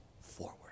forward